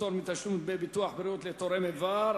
פטור מתשלום דמי ביטוח בריאות לתורם אבר),